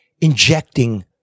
injecting